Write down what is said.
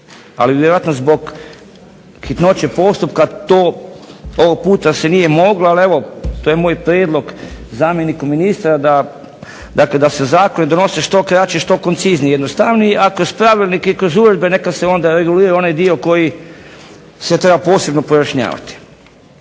Ali vjerojatno zbog hitnoće postupka to ovog puta se nije moglo. Ali evo to je moj prijedlog zamjeniku ministra, da, dakle da se zakoni donose što kraći, što koncizniji, jednostavniji, a kroz pravilnike i kroz uredbe neka se onda regulira onaj dio koji se treba posebno pojašnjavati.